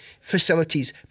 Facilities